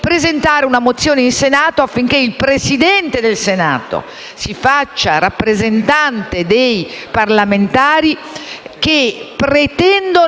presentare una mozione in Senato, affinché il Presidente del Senato si faccia rappresentante dei parlamentari, che pretendono